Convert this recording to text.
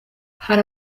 hari